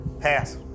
Pass